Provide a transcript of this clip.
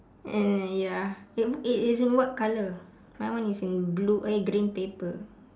and ya it it is what color my one is in blue eh green paper